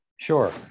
Sure